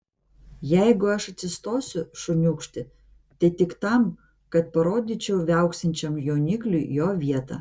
jeigu aš atsistosiu šuniūkšti tai tik tam kad parodyčiau viauksinčiam jaunikliui jo vietą